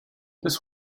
this